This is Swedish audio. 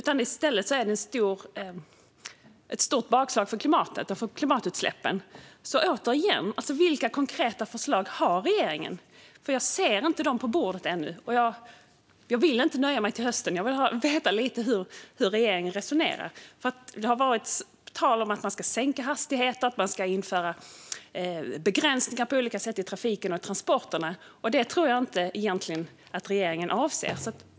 I stället är det ett stort bakslag för klimatet med större klimatutsläpp. Återigen: Vilka konkreta förslag har regeringen? Jag ser dem inte på bordet ännu, och jag vill inte nöja mig med att de kommer till hösten. Jag vill veta lite hur regeringen resonerar. Det har varit tal om att man ska sänka hastigheterna och införa begränsningar på olika sätt i trafiken och i transporterna. Det tror jag egentligen inte att regeringen avser.